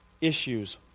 issues